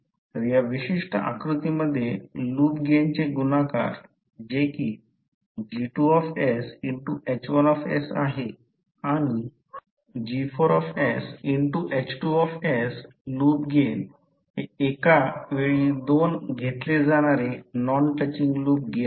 तर या विशिष्ट आकृतीमध्ये लूप गेनचे गुणाकार जे कि G2sH1s आहे आणि G4sH2s लूप गेन हे एका वेळी दोन घेतले जाणारे नॉन टचिंग लूप गेन आहे